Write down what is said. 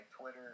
Twitter